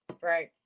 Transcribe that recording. Right